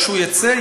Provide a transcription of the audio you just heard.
כשהוא יצא,